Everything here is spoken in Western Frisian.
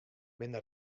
binne